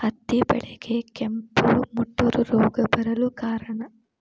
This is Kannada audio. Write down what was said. ಹತ್ತಿ ಬೆಳೆಗೆ ಕೆಂಪು ಮುಟೂರು ರೋಗ ಬರಲು ಕಾರಣ?